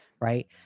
Right